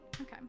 Okay